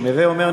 הווה אומר,